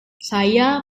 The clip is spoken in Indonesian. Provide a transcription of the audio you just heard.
saya